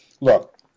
look